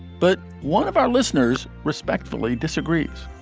but one of our listeners respectfully disagrees